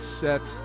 set